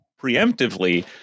preemptively